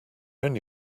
only